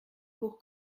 pour